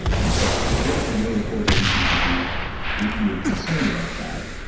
and so, there are some really cool things you can do if you're concerned about that.